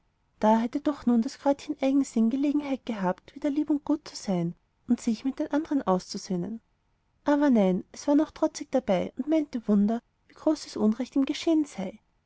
da hätte doch nun das kräutchen eigensinn gelegenheit gehabt wieder lieb und gut zu sein und sich mit den andern auszusöhnen aber nein es war noch trotzig dabei und meinte wunder wie großes unrecht ihm geschehen sei